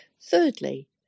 Thirdly